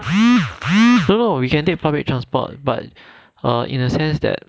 no no we can take public transport but err in a sense that